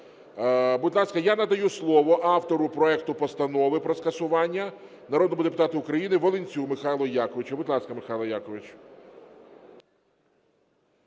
Будь ласка, я надаю слово, автору проекту Постанови про скасування народному депутату України Волинцю Михайлу Яковичу. Будь ласка, Михайло Якович.